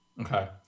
Okay